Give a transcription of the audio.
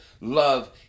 love